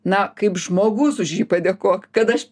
na kaip žmogus už jį padėkok kad aš